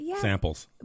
samples